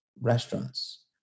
restaurants